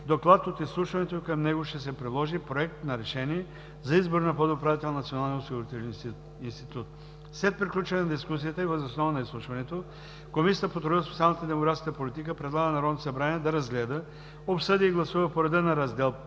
доклад от изслушването и към него ще се приложи проект на решение за избор на подуправител на Националния осигурителен институт. След приключване на дискусията и въз основа на изслушването Комисията по труда, социалната и демографската политика предлага на Народното събрание да разгледа, обсъди и гласува по реда на Раздел